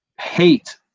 hate